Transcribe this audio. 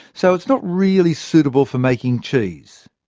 so is not really suitable for making cheese.